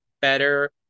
better